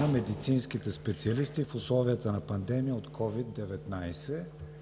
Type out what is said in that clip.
на медицинските специалисти в условията на пандемия от COVID-19.